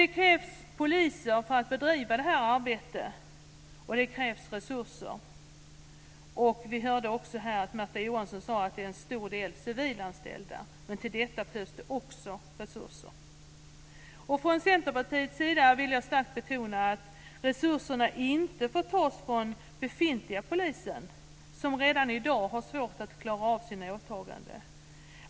Det krävs dock poliser och resurser för att bedriva detta arbete. Vi hörde också Märta Johansson säga att en stor del är civilanställda, men också för dem krävs det resurser. Jag vill från Centerpartiets sida starkt betona att resurserna inte får tas från den befintliga polisen, som redan i dag har svårt att klara sina åtaganden.